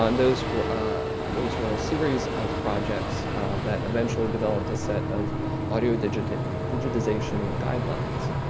um those were ah those were a series of projects that eventually developed a set of audio digitization digitization guidelines.